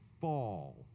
fall